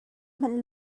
hmanh